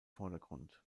vordergrund